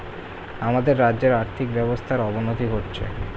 আমাদের রাজ্যের আর্থিক ব্যবস্থার অবনতি ঘটছে